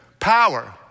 Power